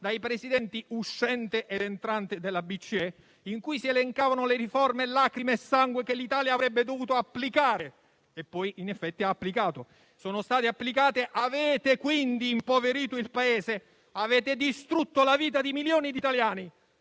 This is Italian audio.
dai Presidenti uscente ed entrante della BCE, in cui si elencavano le riforme lacrime e sangue che l'Italia avrebbe dovuto applicare e poi in effetti ha applicato? Avete quindi impoverito il Paese, avete distrutto la vita di milioni di italiani,